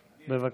בבקשה.